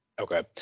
Okay